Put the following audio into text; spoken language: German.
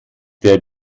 der